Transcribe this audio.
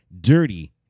Dirty